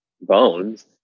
bones